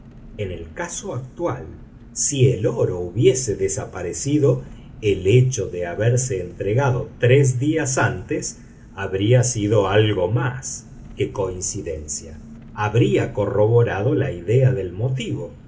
en el caso actual si el oro hubiese desaparecido el hecho de haberse entregado tres días antes habría sido algo más que coincidencia habría corroborado la idea del motivo